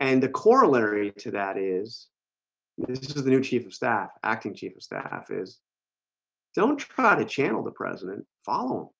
and the corollary to that is but is this was the new chief of staff acting chief of staff is don't try to channel the president follow